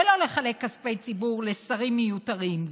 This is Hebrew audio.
ולא לחלק כספי ציבור לשרים מיותרים,